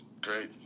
great